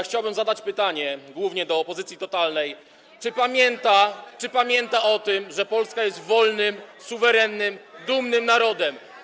Chciałbym zadać pytanie głównie do opozycji totalnej, czy pamięta o tym, że Polska jest wolnym, suwerennym i dumnym narodem.